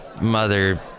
mother